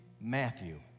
Matthew